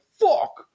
fuck